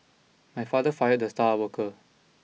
my father fired the star worker